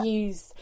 use